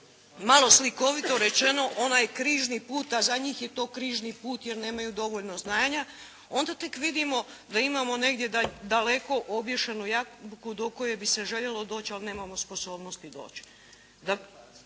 malo slikovito rečeno onaj križni put a za njih je to križni put jer nemaju dovoljno znanja onda tek vidimo da imamo negdje daleko obješenu jaknu do koje bi se željelo doći ali nemamo sposobnosti doći.